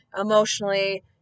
emotionally